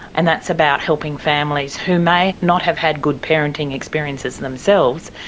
and that's about helping families who may not have had good parenting experiences themselves,